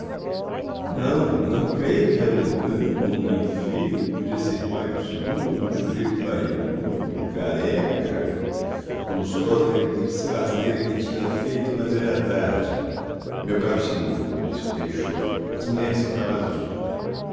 não não creio que ela o engane com um homem feio que podia ser pai do senhor um sujeito barrigudo careca o lustosa reconheceu a asneira que tinha feito mas era tarde meu caro senhor disse o peixoto as mulheres são capazes de tudo